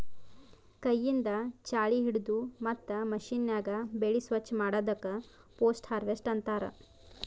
ಕೈಯಿಂದ್ ಛಾಳಿ ಹಿಡದು ಮತ್ತ್ ಮಷೀನ್ಯಾಗ ಬೆಳಿ ಸ್ವಚ್ ಮಾಡದಕ್ ಪೋಸ್ಟ್ ಹಾರ್ವೆಸ್ಟ್ ಅಂತಾರ್